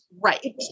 Right